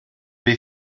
les